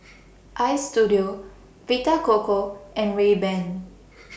Istudio Vita Coco and Rayban